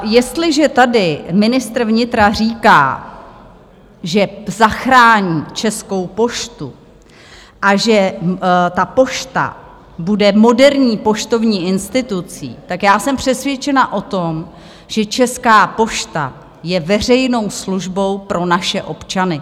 Jestliže tady ministr vnitra říká, že zachrání Českou poštu a že ta Pošta bude moderní poštovní institucí, tak já jsem přesvědčena o tom, že Česká pošta je veřejnou službou pro naše občany.